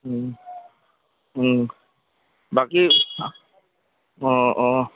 বাকী অঁ অঁ